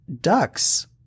ducks